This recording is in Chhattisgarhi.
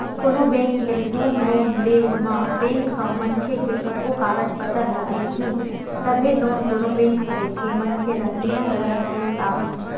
कोनो बेंक ले होम लोन ले म बेंक ह मनखे के सब्बो कागज पतर ल देखही तभे लोन कोनो बेंक ह देथे मनखे ल नियम धरम के हिसाब ले